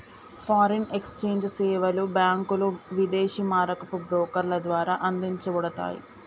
foreign exchange సేవలు బ్యాంకులు, విదేశీ మారకపు బ్రోకర్ల ద్వారా అందించబడతయ్